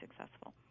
successful